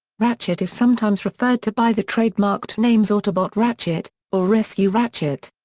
ratchet is sometimes referred to by the trademarked names autobot ratchet or rescue ratchet.